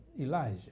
Elijah